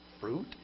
fruit